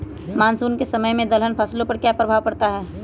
Monsoon के समय में दलहन फसलो पर क्या प्रभाव पड़ता हैँ?